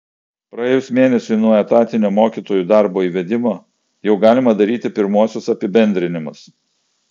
praėjus mėnesiui nuo etatinio mokytojų darbo įvedimo jau galima daryti pirmuosius apibendrinimus